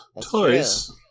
Toys